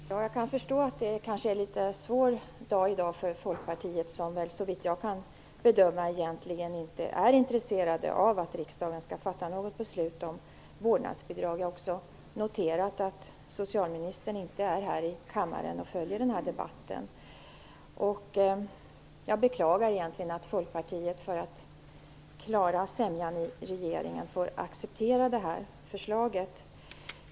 Fru talman! Jag kan förstå att det är en svår dag i dag för Folkpartiet, som väl såvitt jag kan bedöma inte är intresserat av att riksdagen skall fatta något beslut om vårdnadsbidrag. Jag har också noterat att socialministern inte är här i kammaren och följer debatten. Jag beklagar att Folkpartiet för att klara sämjan i regeringen får acceptera det här förslaget.